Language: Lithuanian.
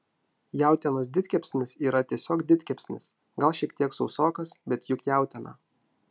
jautienos didkepsnis yra tiesiog didkepsnis gal šiek tiek sausokas bet juk jautiena